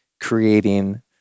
creating